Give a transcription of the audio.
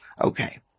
Okay